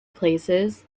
places